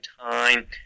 time